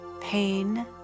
pain